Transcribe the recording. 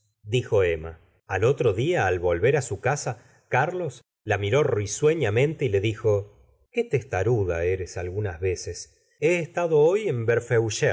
dijo emma al otro día al volver á su casa carlos la miró risueñamente y le dijo qué t estaruda eres algunas veces he estado hoy en